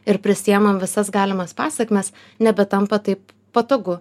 ir prisiėmam visas galimas pasekmes nebetampa taip patogu